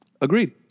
Agreed